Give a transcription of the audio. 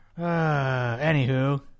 Anywho